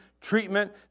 treatment